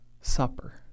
supper